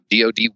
DOD